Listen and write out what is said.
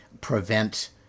prevent